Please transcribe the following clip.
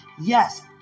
Yes